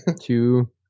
two